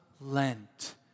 Lent